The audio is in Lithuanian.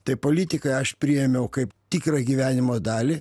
tai politiką aš priėmiau kaip tikrą gyvenimo dalį